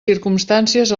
circumstàncies